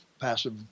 passive